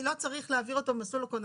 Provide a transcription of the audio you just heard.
אני לא צריך להעביר אותו למסלול הכוננים.